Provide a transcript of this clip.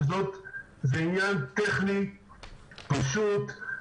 זה עניין טכני פשוט,